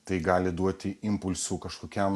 tai gali duoti impulsų kažkokiam